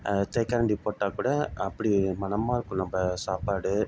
தேக்கரண்டி போட்டால்கூட அப்படி மணமா இருக்கும் நம்ம சாப்பாடு